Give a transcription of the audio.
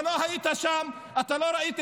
אתה לא היית שם, אתה לא ראית.